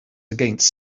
against